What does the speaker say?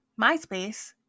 MySpace